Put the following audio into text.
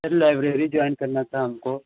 sir library join करना था हमको